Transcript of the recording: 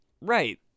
right